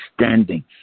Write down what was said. standing